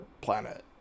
planet